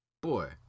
Boy